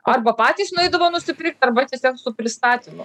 arba patys nueidavo nusipirkt arba tiesiog su pristatymu